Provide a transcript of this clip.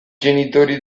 genitori